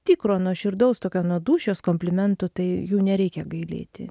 tikro nuoširdaus tokio nuo dūšios komplimentų tai jų nereikia gailėti